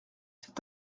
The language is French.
cet